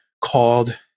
called